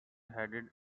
headed